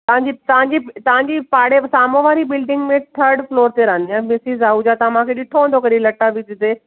तव्हांजी तव्हांजी तव्हांजी पाड़े साम्हूं वारी बिल्डिंग में थर्ड फ्लोर ते रहंदी आहियां मिसिस आहूजा तव्हां मांखे ॾिठो हूंदो कॾहिं लटा विझंदे